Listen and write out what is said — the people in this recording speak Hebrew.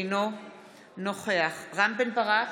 אינו נוכח רם בן ברק,